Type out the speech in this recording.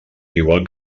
igual